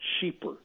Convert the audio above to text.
cheaper